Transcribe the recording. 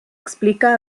explica